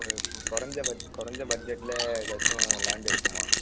ஒரு கொறைஞ்ச பட் கொறைஞ்ச பட்ஜெட்டில் எதாச்சும் லேண்டு இருக்குமா